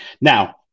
Now